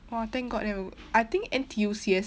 !wah! thank god that w~ I think N_T_U C_S